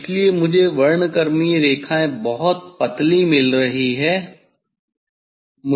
इसीलिए मुझे वर्णक्रमीय रेखाएँ बहुत पतली मिल रही हैं